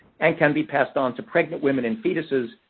and can be passed on to pregnant women and fetuses,